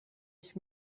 ich